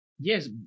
yes